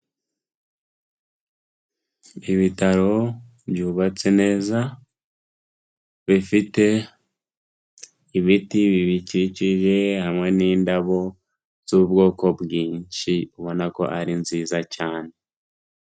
Ibitaro byubatse neza, bifite ibiti bibikikije hamwe n'indabo z'ubwoko bwinshi, ubona ko ari nziza cyane.